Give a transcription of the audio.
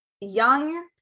young